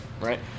right